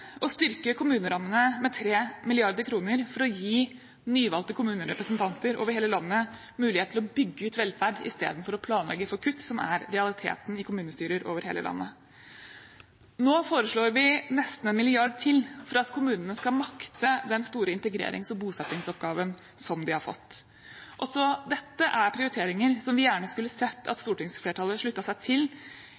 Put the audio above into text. å styrke kommunerammene med 3 mrd. kr for å gi nyvalgte kommunestyrerepresentanter over hele landet mulighet til å bygge ut velferd i stedet for å planlegge for kutt, som er realiteten i kommunestyrer over hele landet. Nå foreslår vi nesten en milliard kroner til for at kommunene skal makte den store integrerings- og bosettingsoppgaven som de har fått. Også dette er prioriteringer som vi gjerne skulle sett at stortingsflertallet sluttet seg til,